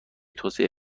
توسعه